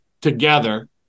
together